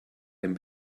dem